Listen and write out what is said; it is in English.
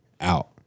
out